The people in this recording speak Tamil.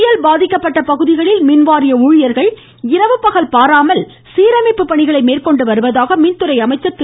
புயல் பாதிக்கப்பட்ட பகுதிகளில் மின்வாரிய ஊழியர்கள் இரவு பகல் பாராமல் சீரமைப்பு பணிகளை மேற்கொண்டு வருவதாக மின்துறை அமைச்சர் திரு